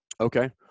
okay